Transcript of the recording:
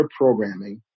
programming